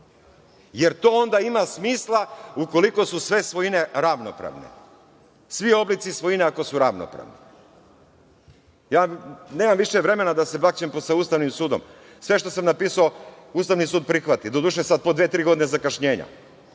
Jer, to onda ima smisla ukoliko su sve svojine ravnopravne i svi oblici svojine ravnopravni. Nemam više vremena da se bakćem sa Ustavnim sudom, ali, sve što sam napisao, Ustavni sud prihvati. Doduše, sa po dve-tri godine zakašnjenja.